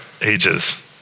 ages